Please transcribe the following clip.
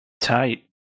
Tight